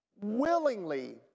willingly